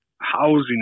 housing